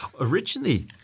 Originally